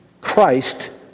Christ